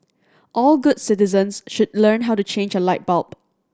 all good citizens should learn how to change a light bulb